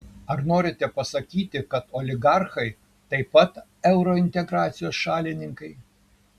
ar norite pasakyti kad oligarchai taip pat eurointegracijos šalininkai